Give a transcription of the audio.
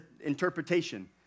interpretation